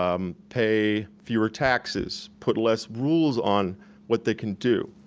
um pay fewer taxes, put less rules on what they can do.